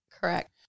Correct